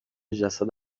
جسد